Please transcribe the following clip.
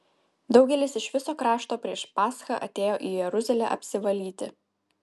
daugelis iš viso krašto prieš paschą atėjo į jeruzalę apsivalyti